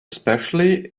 especially